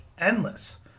endless